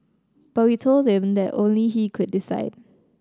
but we told him that only he could decide